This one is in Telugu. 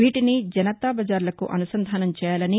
వీటిని జనతాబజార్లకు అనుసంధాసం చేయాలని